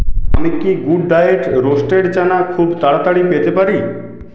আমি কি good diet roasted chana খুব তাড়াতাড়ি পেতে পারি